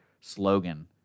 slogan